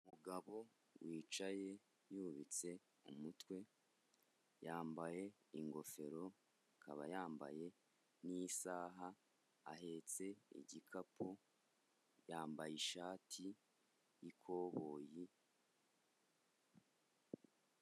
Umugabo wicaye yubitse umutwe, yambaye ingofero, akaba yambaye n'isaha, ahetse igikapu, yambaye ishati y'ikoboyi.